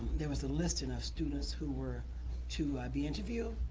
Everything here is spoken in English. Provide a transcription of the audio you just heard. there was a listing of students who were to be interviewed,